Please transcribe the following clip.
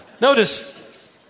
Notice